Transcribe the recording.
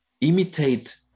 imitate